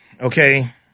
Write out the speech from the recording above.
Okay